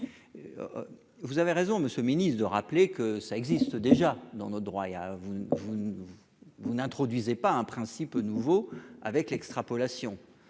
vous avez raison, monsieur ministre de rappeler que ça existe déjà dans notre droit et vous, vous vous n'introduisait pas un principe nouveau avec l'extrapolation